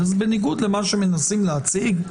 אז בניגוד למה שמנסים להציג,